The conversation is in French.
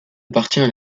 appartient